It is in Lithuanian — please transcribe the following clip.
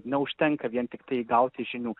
neužtenka vien tiktai gauti žinių